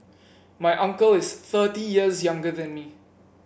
my uncle is thirty years younger than me